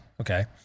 okay